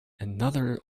another